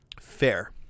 Fair